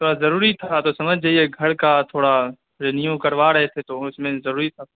تھوڑا ضروری تھا تو سمجھ جائیے گھر کا تھوڑا رینیو کروا رہے تھے تو اس میں ضروری تھا